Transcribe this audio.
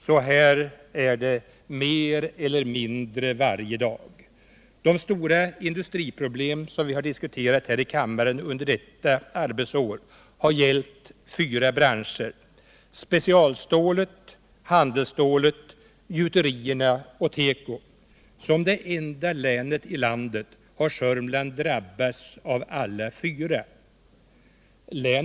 Så här är det mer eller mindre varje dag. De stora industriproblem som vi har diskuterat här i kammaren under detta arbetsår har gällt fyra branscher: specialstålet, handelsstålet, gjuterierna och teko. Som det enda länet i landet har Sörmland drabbats av alla fyra problemen.